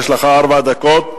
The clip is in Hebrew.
יש לך שלוש דקות.